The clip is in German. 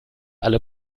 alle